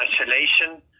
isolation